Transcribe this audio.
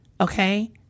Okay